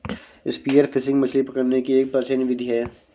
spear fishing मछली पकड़ने की एक प्राचीन विधि है